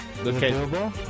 Okay